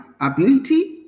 ability